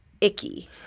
icky